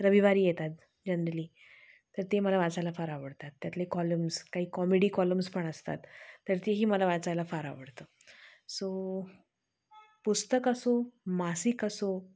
रविवारी येतात जनरली तर ते मला वाचायला फार आवडतात त्यातले कॉलम्स काही कॉमेडी कॉलम्स पण असतात तर तेही मला वाचायला फार आवडतं सो पुस्तक असो मासिक असो